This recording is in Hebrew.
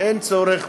אין צורך,